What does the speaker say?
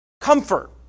Comfort